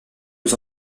aux